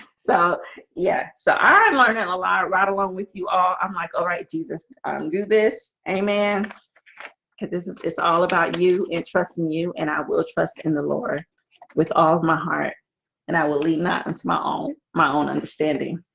so yeah, so i'm learning a lot right along with you all. i'm like, all right, jesus do this. amen this is it's all about you and trusting you and i will trust in the lord with all my heart and i will lean that into my own my own understanding